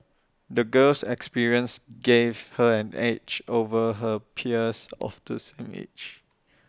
the girl's experiences gave her an edge over her peers of the same age